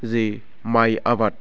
जि माइ आबाद